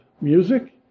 music